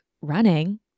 running